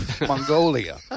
mongolia